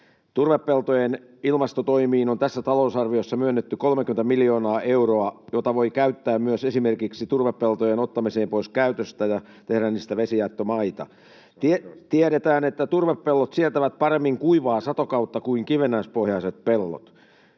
Turvepeltojen ilmastotoimiin on tässä talousarviossa myönnetty 30 miljoonaa euroa, mitä voi käyttää myös esimerkiksi turvepeltojen ottamiseen pois käytöstä ja tehdä niistä vesijättömaita. Tiedetään, että turvepellot sietävät paremmin kuivaa satokautta kuin kivennäispohjaiset pellot.